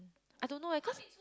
I don't know eh cause